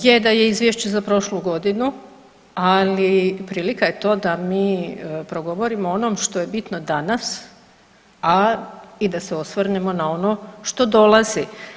Je da je izvješće za prošlu godinu, ali prilika je to da mi progovorimo o onom što je bitno danas, a i da se osvrnemo na ono što dolazi.